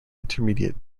intermediate